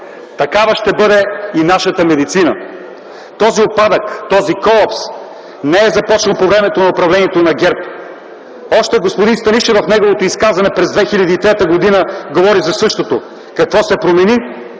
Такава ще бъде и нашата медицина. Този упадък, този колапс не е започнал по времето на управлението на ГЕРБ. Още господин Станишев в неговото изказване през 2003 г. говори за същото. Какво се промени?